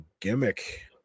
gimmick